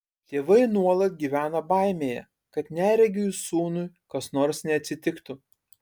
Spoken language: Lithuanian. tėvai nuolat gyveno baimėje kad neregiui sūnui kas nors neatsitiktų